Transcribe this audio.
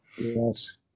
Yes